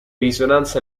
risonanza